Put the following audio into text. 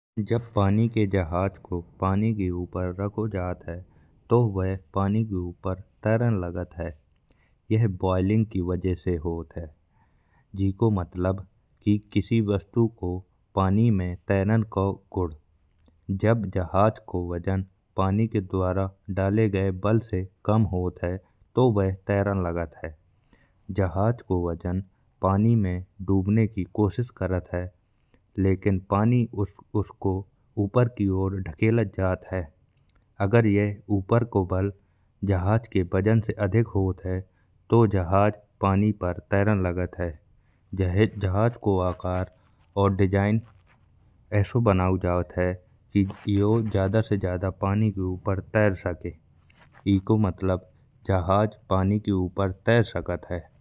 पानी के जहाज के पानी के ऊपर रखो जात है। तो वह पानी के ऊपर तैरन लागत है यह बॉइलिंग की वजह से होत है। जिको मतलब की किसी वस्तु को पानी में तैरन को गुण जब जहाज को वजन पानी के डाले ग्ये बल से कम होत है। तो ऊ तैरा लागत है जहाज को वजन पानी में डुबन की कोशिश करत है। लेकिन पानी उसको ऊपर की ओर धकेलत जात है। अगर यह ऊपर को बल जहाज के वजन से जादा होत है तो जहाज पानी पर तैरन लागत है। जहाज दो आकार और डिजाइन ऐसो बनाओ जात है। कि यो जादा से जादा पानी की ऊपर तैर सके इको मतलब जहाज पानी के ऊपर तैर सकत है।